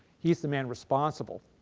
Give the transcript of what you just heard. he is the man responsible,